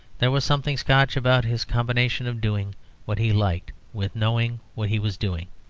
there was something scotch about his combination of doing what he liked with knowing what he was doing.